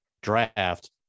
draft